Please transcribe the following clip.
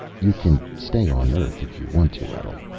you can stay on earth if you want to, etl.